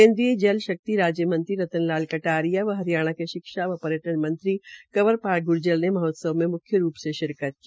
केन्द्रीय जल शक्ति राज्य मंत्री रतन लाल कटारिया व हरियाणा के शिक्षा व पर्यटन मंत्री कंवर पाल ग्र्जर ने महोत्सव में म्ख्य रूप से शिरकत की